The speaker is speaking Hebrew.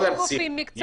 מהמשטרה?